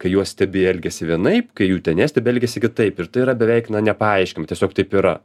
kai juos stebi jie elgiasi vienaip kai jų ten nestebi jie elgiasi kitaip ir tai yra beveik na nepaaiškinama tiesiog taip yra